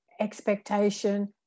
expectation